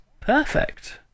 perfect